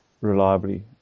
reliably